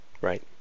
Right